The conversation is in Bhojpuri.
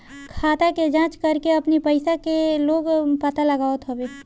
खाता के जाँच करके अपनी पईसा के लोग पता लगावत हवे